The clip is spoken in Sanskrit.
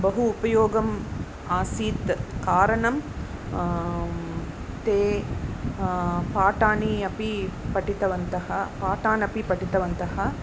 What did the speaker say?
बहु उपयोगम् आसीत् कारणं ते पाठानि अपि पठितवन्तः पाठान् अपि पठितवन्तः